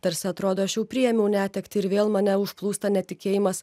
tarsi atrodo aš jau priėmiau netektį ir vėl mane užplūsta netikėjimas